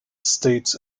states